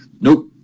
nope